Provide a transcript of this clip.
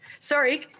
Sorry